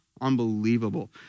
Unbelievable